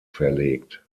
verlegt